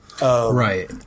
Right